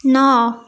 ନଅ